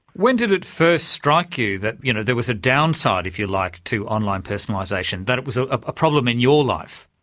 when did it first strike you that you know there was a downside, if you like, to online personalisation, that it was ah a problem in your life?